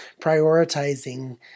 prioritizing